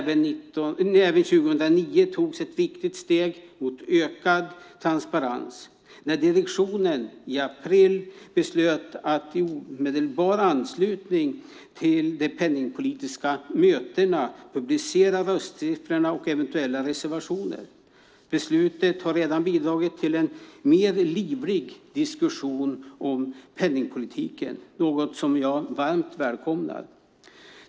År 2009 togs ett viktigt steg mot ökad transparens när direktionen i april beslöt att i omedelbar anslutning till de penningpolitiska mötena publicera röstsiffrorna och eventuella reservationer. Beslutet har redan bidragit till en mer livlig diskussion om penningpolitiken, något som jag varmt välkomnar.